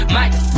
Mike